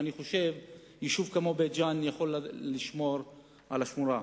ואני חושב שיישוב כמו בית-ג'ן יכול לשמור על השמורה.